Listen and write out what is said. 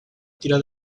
tira